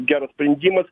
geras sprendimas